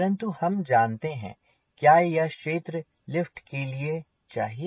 परंतु हम जानते हैं क्या यह क्षेत्र लिफ्ट के लिए चाहिए